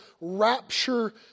rapture